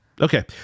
Okay